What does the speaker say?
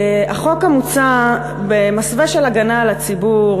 החוק המוצע במסווה של הגנה על הציבור,